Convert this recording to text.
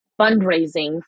fundraising